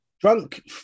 Drunk